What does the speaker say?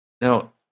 Now